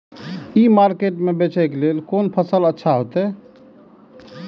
ई market में बेचेक लेल कोन फसल अच्छा होयत?